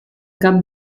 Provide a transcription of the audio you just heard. cap